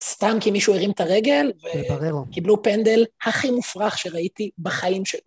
סתם כי מישהו הרים את הרגל, וקיבלו פנדל הכי מופרך שראיתי בחיים שלי.